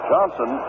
Johnson